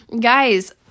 guys